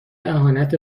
اهانت